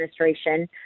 administration